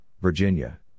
Virginia